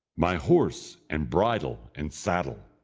my horse, and bridle, and saddle!